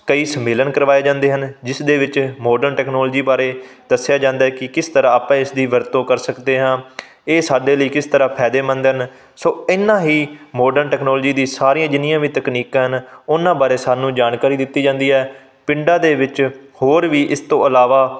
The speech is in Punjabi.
ਕਈ ਸੰਮੇਲਨ ਕਰਵਾਏ ਜਾਂਦੇ ਹਨ ਜਿਸ ਦੇ ਵਿੱਚ ਮੋਡਰਨ ਟੈਕਨੋਲਜੀ ਬਾਰੇ ਦੱਸਿਆ ਜਾਂਦਾ ਹੈ ਕਿ ਕਿਸ ਤਰ੍ਹਾਂ ਆਪਾਂ ਇਸ ਦੀ ਵਰਤੋਂ ਕਰ ਸਕਦੇ ਹਾਂ ਇਹ ਸਾਡੇ ਲਈ ਕਿਸ ਤਰ੍ਹਾਂ ਫਾਇਦੇਮੰਦ ਹਨ ਸੋ ਇਹਨਾਂ ਹੀ ਮੋਡਰਨ ਟੈਕਨੋਲਜੀ ਦੀ ਸਾਰੀਆਂ ਜਿੰਨੀਆਂ ਵੀ ਤਕਨੀਕਾਂ ਹਨ ਉਹਨਾਂ ਬਾਰੇ ਸਾਨੂੰ ਜਾਣਕਾਰੀ ਦਿੱਤੀ ਜਾਂਦੀ ਹੈ ਪਿੰਡਾਂ ਦੇ ਵਿੱਚ ਹੋਰ ਵੀ ਇਸ ਤੋਂ ਇਲਾਵਾ